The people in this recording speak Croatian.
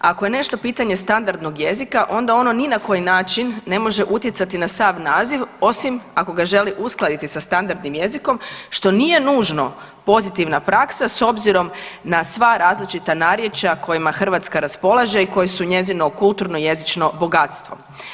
Ako je nešto pitanje standardnog jezika onda ono ni na koji način ne može utjecati na sam naziv osim ako ga želi uskladiti sa standardnim jezikom što nije nužno pozitivna praksa s obzirom na sva različita narječja s kojima Hrvatska raspolaže i koje su njezino i kulturno jezično bogatstvo.